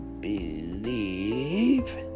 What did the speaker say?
believe